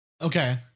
okay